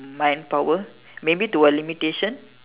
mind power maybe to a limitation